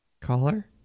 Caller